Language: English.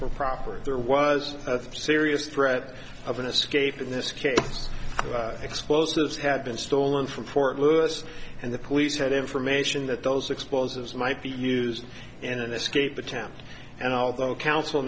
for proffering there was a serious threat of an escape in this case explosives had been stolen from fort lewis and the police had information that those explosives might be used in an escape attempt and although counsel